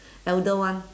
elder one